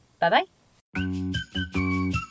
Bye-bye